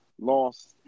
lost